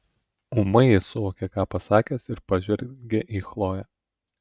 ūmai jis suvokė ką pasakęs ir pažvelgė į chloję